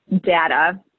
data